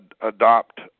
adopt